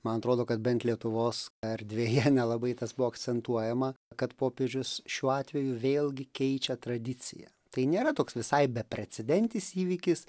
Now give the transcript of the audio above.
man atrodo kad bent lietuvos erdvėje nelabai tas buvo akcentuojama kad popiežius šiuo atveju vėlgi keičia tradiciją tai nėra toks visai beprecedentis įvykis